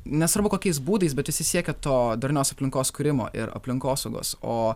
nesvarbu kokiais būdais bet visi siekia to darnios aplinkos kūrimo ir aplinkosaugos o